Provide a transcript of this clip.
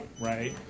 right